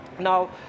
Now